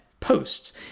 Posts